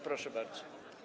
Proszę bardzo.